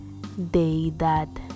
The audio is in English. Deidad